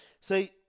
See